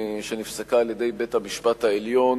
שנפסקה על-ידי בית-המשפט העליון,